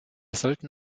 sollten